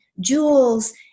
jewels